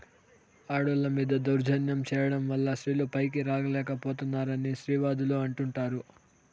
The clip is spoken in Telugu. ఆడోళ్ళ మీద దౌర్జన్యం చేయడం వల్ల స్త్రీలు పైకి రాలేక పోతున్నారని స్త్రీవాదులు అంటుంటారు